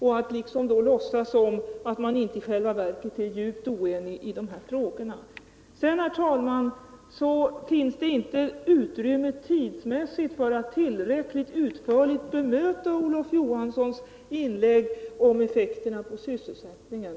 Är det fråga om att låtsas som om man i själva verket inte är djupt oenig i de här frågorna? Svara på det, Olof Johansson! Herr talman! Det finns visserligen inte tillräckligt utrymme för att här bemöta vad Olof Johansson sade i sitt inlägg om effekterna på sysselsättningen.